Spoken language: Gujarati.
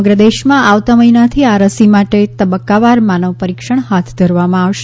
સમગ્ર દેશમાં આવતા મહિનાથી આ રસીમાટે તબક્કાવાર માનવ પરીક્ષણ હાથ ધરવામાં આવશે